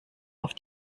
auf